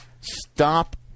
Stop